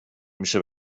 میشه